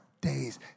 days